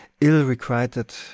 ill-requited